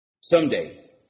Someday